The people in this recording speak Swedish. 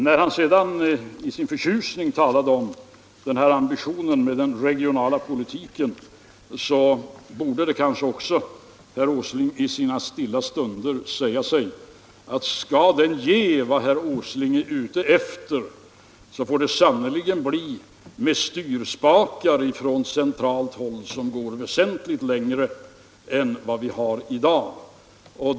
När han sedan i sin förtjusning talade om ambitionen med den regionala politiken, så borde kanske också herr Åsling i sina stilla stunder säga sig att skall den ge vad herr Åsling är ute efter, så får det sannerligen bli med styrspakar från centralt håll som når väsentligt längre än vad som är fallet i dag.